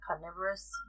carnivorous